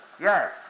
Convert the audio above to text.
yes